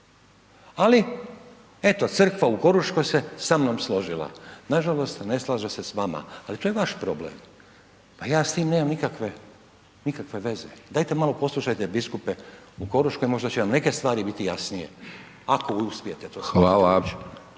ali eto crkva u Koruškoj se sa mnom složila, nažalost ne slaže se s vama, ali to je vaš problem, pa ja s tim nemam nikakve veze, dajte malo poslušajte biskupe u Koruškoj možda će vam neke stvari biti jasnije, ako uspijete to shvatiti uopće.